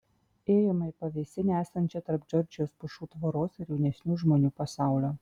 ėjome į pavėsinę esančią tarp džordžijos pušų tvoros ir jaunesnių žmonių pasaulio